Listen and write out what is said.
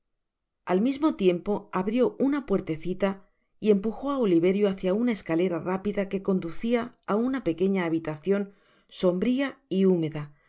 al mismo tiempo abrió una puertecita y empujo á oliverio hacia una escalera rápida que conducia á una pequeña habitacion sombria y húmeda